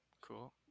Cool